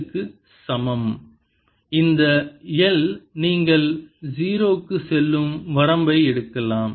M Ml இந்த l நீங்கள் 0 க்கு செல்லும் வரம்பை எடுக்கலாம்